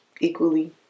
equally